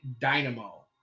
dynamo